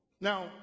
Now